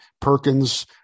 Perkins